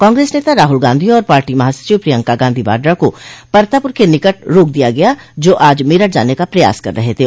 कांग्रेस नेता राहुल गांधी और पार्टी महासचिव प्रियंका गांधी वाड्रा को परतापुर के निकट रोक दिया गया है जो आज मेरठ जाने का प्रयास कर रहे थे